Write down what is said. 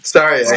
Sorry